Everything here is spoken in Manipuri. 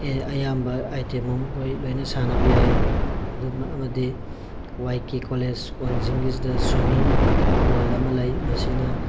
ꯑꯌꯥꯝꯕ ꯑꯥꯏꯇꯦꯝ ꯑꯝꯈꯣꯏ ꯂꯣꯏꯅ ꯁꯥꯟꯅꯕ ꯌꯥꯏ ꯑꯃꯗꯤ ꯋꯥꯏ ꯀꯦ ꯀꯣꯂꯦꯖ ꯋꯥꯡꯖꯤꯡꯒꯤꯁꯤꯗ ꯁ꯭ꯋꯤꯝꯃꯤꯡ ꯄꯣꯜ ꯑꯃ ꯂꯩ ꯃꯁꯤꯅ